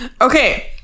Okay